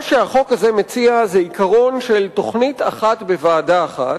מה שהחוק הזה מציע זה עיקרון של "תוכנית אחת בוועדה אחת",